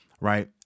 right